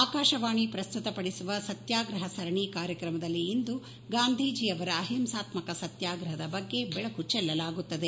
ಆಕಾಶವಾಣಿ ಪ್ರಸ್ತುತಪಡಿಸುವ ಸತ್ನಾಗ್ರಹ ಸರಣಿ ಕಾರ್ಯಕ್ರಮದಲ್ಲಿ ಇಂದು ಗಾಂಧೀಜಿಯವರ ಅಹಿಂಸಾತ್ಮಕ ಸತ್ಯಾಗ್ರಹದ ಬಗ್ಗೆ ಬೆಳಕು ಚೆಲ್ಲಲಾಗುತ್ತದೆ